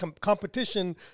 competition